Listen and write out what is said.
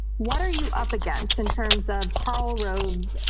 what are you up against in terms of karl rove,